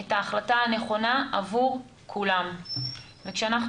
את ההחלטה הנכונה עבור כולם וכשאנחנו